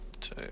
two